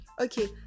okay